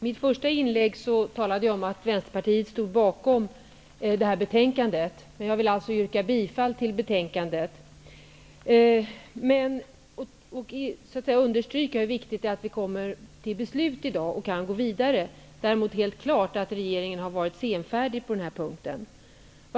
Herr talman! I mitt första inlägg talade jag om att Vänsterpartiet stod bakom detta betänkande, och jag vill yrka bifall till utskottets hemställan. Jag vill understryka hur viktigt det är att vi fattar beslut i dag och kan gå vidare. Det är däremot helt klart att regeringen har varit senfärdig.